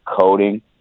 coding